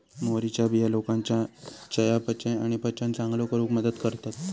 मोहरीच्या बिया लोकांच्या चयापचय आणि पचन चांगलो करूक मदत करतत